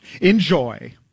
Enjoy